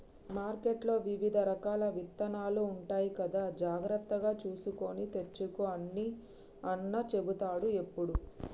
మార్కెట్లో వివిధ రకాల విత్తనాలు ఉంటాయి కదా జాగ్రత్తగా చూసుకొని తెచ్చుకో అని అన్న చెపుతాడు ఎప్పుడు